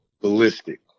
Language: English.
ballistic